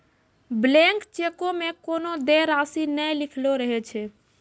blank चेको मे कोनो देय राशि नै लिखलो रहै छै